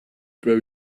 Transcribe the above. grow